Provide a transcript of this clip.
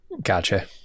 Gotcha